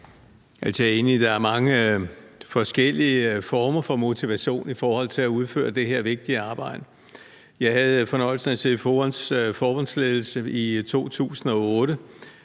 Jeg er enig i, at der er mange forskellige former for motivation i forhold til at udføre det her vigtige arbejde. Jeg havde fornøjelsen af at sidde i FOA's forbundsledelse i 2008,